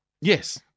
Yes